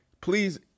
Please